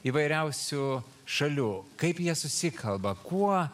įvairiausių šalių kaip jie susikalba kuo